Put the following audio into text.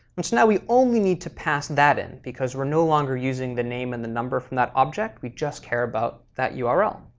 but now we only need to pass that in, because we're no longer using the name and the number from that object. we just care about that yeah url.